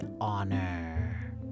honor